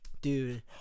dude